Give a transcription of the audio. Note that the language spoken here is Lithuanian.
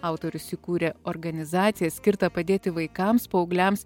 autorius įkūrė organizaciją skirtą padėti vaikams paaugliams